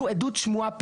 זו עדות שמועה,